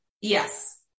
yes